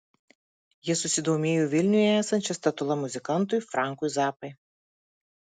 jie susidomėjo vilniuje esančia statula muzikantui frankui zappai